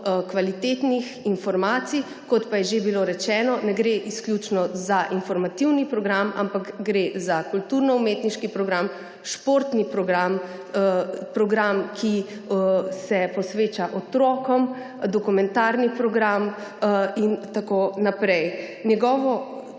kvalitetnih informacij. Kot pa je že bilo rečeno, ne gre izključno za informativni program, ampak gre za kulturno-umetniški program, športni program, program, ki se posveča otrokom, dokumentarni program in tako naprej. Njegovo